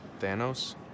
Thanos